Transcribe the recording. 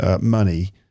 money